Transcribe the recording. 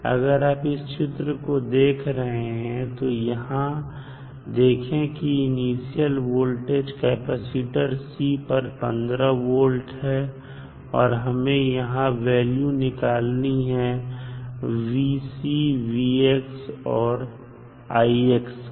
अगर आप इस चित्र को देख रहे हैं तो आप यहां देखें कि इनिशियल वोल्टेज कैपेसिटर पर 15 volt है और हमें यहां वैल्यू निकालनी है और की